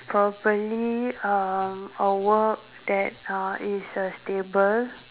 probably uh a work that uh is uh stable